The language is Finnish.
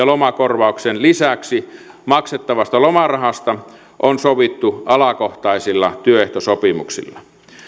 lomakorvauksen lisäksi maksettavasta lomarahasta on sovittu alakohtaisilla työehtosopimuksilla